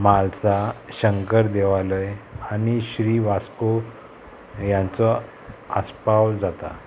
म्हालसा शंकर देवालय आनी श्री वास्को ह्यांचो आस्पाव जाता